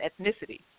ethnicity